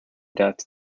depth